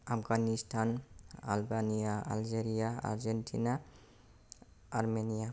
Afghanistan Albania Algeria Argentina Armenia